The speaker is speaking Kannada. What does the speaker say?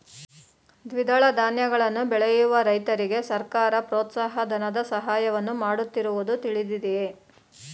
ದ್ವಿದಳ ಧಾನ್ಯಗಳನ್ನು ಬೆಳೆಯುವ ರೈತರಿಗೆ ಸರ್ಕಾರ ಪ್ರೋತ್ಸಾಹ ಧನದ ಸಹಾಯವನ್ನು ಮಾಡುತ್ತಿರುವುದು ತಿಳಿದಿದೆಯೇ?